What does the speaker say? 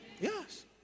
Yes